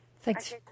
Thanks